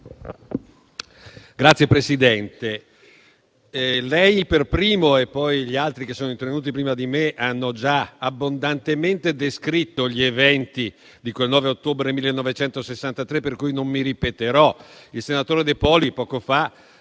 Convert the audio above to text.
Signor Presidente, lei per primo e poi gli altri che sono intervenuti prima di me hanno già abbondantemente descritto gli eventi di quel 9 ottobre 1963, per cui non mi ripeterò. Il senatore De Poli poco fa